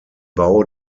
bau